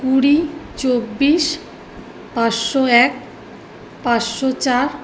কুড়ি চব্বিশ পাঁচশো এক পাঁচশো চার